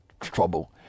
trouble